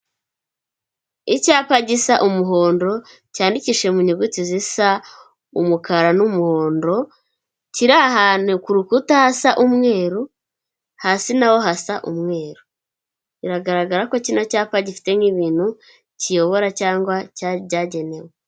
Icyapa gisa umuhondo, cyandikishije mu nyuguti zisa umukara n'umuhondo, kiri ahantu ku rukuta hasa umweru, hasi na ho hasa umweru. Biragaragara ko kino cyapa gifite nk'ibintu kiyobora cyangwa byagenewe.